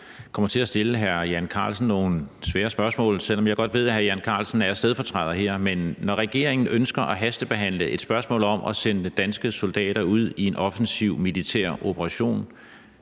jeg kommer til at stille hr. Jan Carlsen nogle svære spørgsmål, selv om jeg godt ved, at hr. Jan Carlsen er stedfortræder her. Men når regeringen ønsker at hastebehandle et forslag om at sende danske soldater ud i en offensiv militær operation